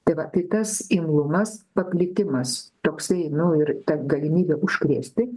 tai va tai tas imlumas paplitimas toksai nu ir ta galimybė užkrėsti